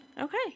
Okay